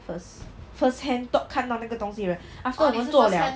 first first hand top 看到那个东西的人 after 我们做了